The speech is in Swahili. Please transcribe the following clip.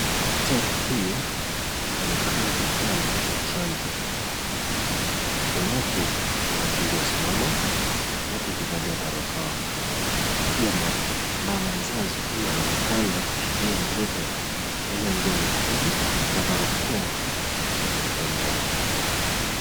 Daktari huyu anaonekana kupea mtoto chanjo. Kando yake kuna watu waliosimama, watu kuvalia barakoa na pia mama mzazi huyu anaonekana kushikilia mtoto aliyevalia nguo nyekundu na barakoa kwenye mdomo wake.